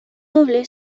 doble